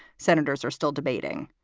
senators are still debating,